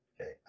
Okay